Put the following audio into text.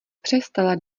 přestala